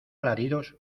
alaridos